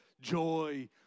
joy